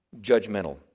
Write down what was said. judgmental